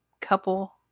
couple